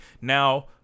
Now